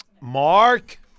Mark